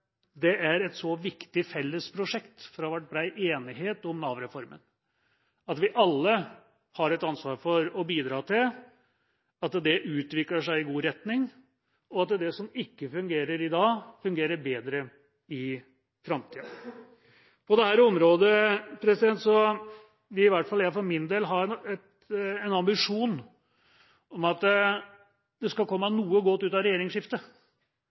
det er et så viktig fellesprosjekt – for det har vært bred enighet om Nav-reformen – at vi alle har et ansvar for å bidra til at det utvikler seg i god retning, og at det som ikke fungerer i dag, fungerer bedre i framtida. På dette området vil i hvert fall jeg for min del ha en ambisjon om at det skal komme noe godt ut av regjeringsskiftet,